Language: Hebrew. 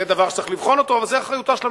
זה אחריותה של הממשלה,